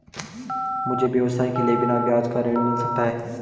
मुझे व्यवसाय के लिए बिना ब्याज का ऋण मिल सकता है?